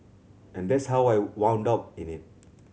and that's how I up in it